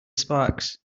sparks